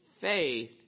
faith